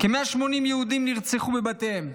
כ-180 יהודים נרצחו בבתיהם,